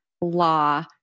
law